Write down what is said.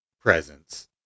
presence